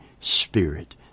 Spirit